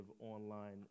online